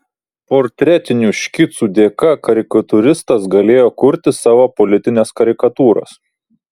portretinių škicų dėka karikatūristas galėjo kurti savo politines karikatūras